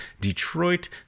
Detroit